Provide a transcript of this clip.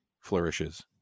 flourishes